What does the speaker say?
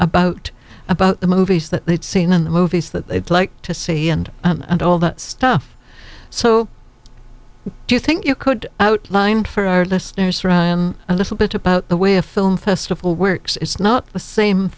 about about the movies that they'd seen in the movies that they'd like to see and and all that stuff so do you think you could outline for our listeners a little bit about the way a film festival works it's not the same